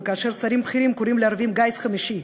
וכאשר שרים בכירים קוראים לערבים גיס חמישי,